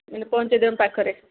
ମାନେ ପହଞ୍ଚାଇ ଦେବେ ପାଖରେ